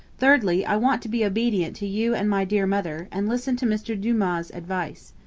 thirdly, i want to be obedient to you and my dear mother and listen to mr dumas's advice.